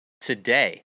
today